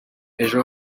ejo